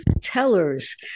tellers